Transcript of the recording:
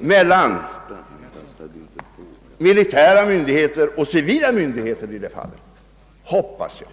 mellan militära och civila myndigheter därvidlag — hoppas jag.